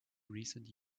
recent